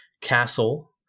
Castle